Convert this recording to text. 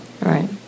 Right